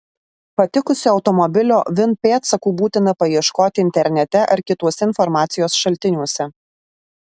patikusio automobilio vin pėdsakų būtina paieškoti internete ar kituose informacijos šaltiniuose